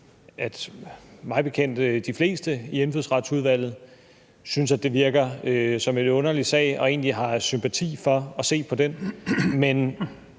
at de fleste i Indfødsretsudvalget mig bekendt synes, at det virker som en underlig sag og egentlig har sympati for at se på den.